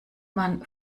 man